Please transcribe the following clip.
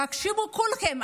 תקשיבו כולכם,